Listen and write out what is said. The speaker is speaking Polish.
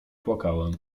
płakałem